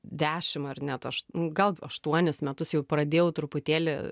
dešimt ar net aš gal aštuonis metus jau pradėjau truputėlį